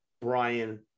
Brian